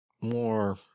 more